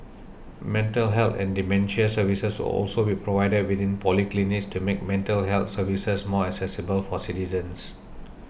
mental health and dementia services will also be provided within polyclinics to make mental health services more accessible for citizens